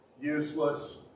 useless